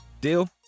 Deal